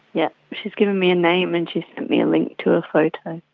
yeah she's given me a name and she's sent me a link to a photo.